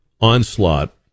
onslaught